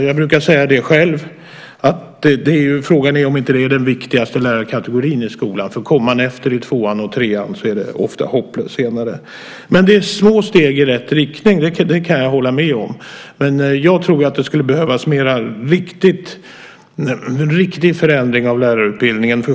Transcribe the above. Jag brukar säga att frågan är om det inte är den viktigaste lärarkategorin i skolan, för om man kommer efter i tvåan och trean är det ofta hopplöst senare. Det tas små steg i rätt riktning, det kan jag hålla med om, men det skulle behövas en riktig förändring av lärarutbildningen.